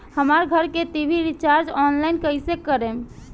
हमार घर के टी.वी रीचार्ज ऑनलाइन कैसे करेम?